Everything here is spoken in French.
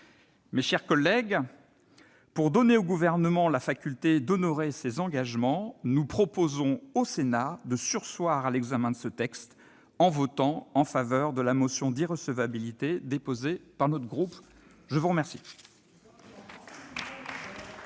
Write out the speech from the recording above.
Mes chers collègues, pour donner au Gouvernement la faculté d'honorer ses engagements, nous proposons au Sénat de surseoir à l'examen de ce texte en votant en faveur de la motion déposée par le groupe CRCE. Y a-t-il